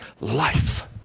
life